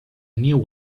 new